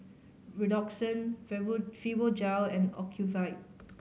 Redoxon Fibogel and Ocuvite